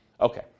Okay